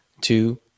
two